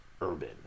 urban